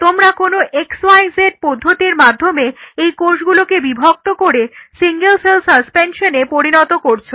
তোমরা কোনো x y z পদ্ধতির মাধ্যমে এই কোষগুলোকে বিভক্ত করে সিঙ্গেল সেল সাসপেনশনে পরিণত করছো